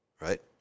right